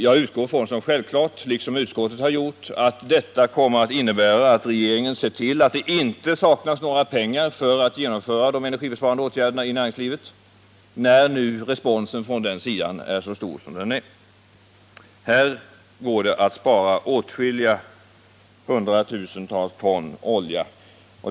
Jag utgår från som självklart — liksom utskottet har gjort — att detta kommer att innebära att regeringen ser till att det inte saknas pengar för att genomföra de energibesparande åtgärderna i näringslivet, när nu responsen från den sidan är så stor som den är. Här går det att spara åtskilliga hundratusental ton olja.